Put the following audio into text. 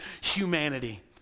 humanity